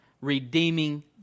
redeeming